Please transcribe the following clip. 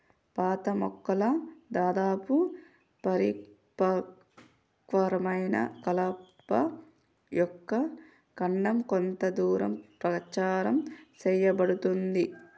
పాత మొక్కల దాదాపు పరిపక్వమైన కలప యొక్క కాండం కొంత దూరం ప్రచారం సేయబడుతుంది